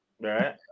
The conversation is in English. Right